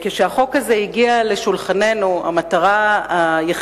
כשהחוק הזה הגיע לשולחננו, היתה מטרת הבנק